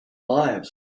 lives